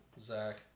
Zach